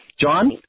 John